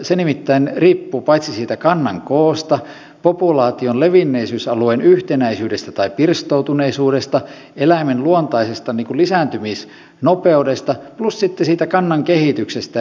se nimittäin riippuu siitä kannan koosta populaation levinnäisyysalueen yhtenäisyydestä tai pirstoutuneisuudesta eläimen luontaisesta lisääntymisnopeudesta plus sitten siitä kannan kehityksestä